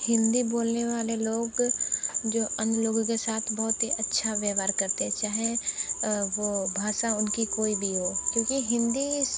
हिंदी बोलने वाले लोग जो अन्य लोगों के साथ बहुत ही अच्छा व्यवहार करते है चाहें वह भाषा उनकी कोई भी हो क्योंकि हिंदी